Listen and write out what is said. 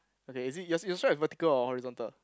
okay is it your s~ your stripe is vertical or horizontal